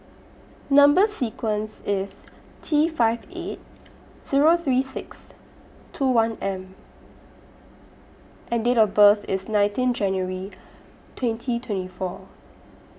Number sequence IS T five eight Zero three six two one M and Date of birth IS nineteen January twenty twenty four